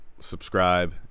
subscribe